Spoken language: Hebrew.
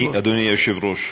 אדוני היושב-ראש,